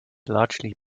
largely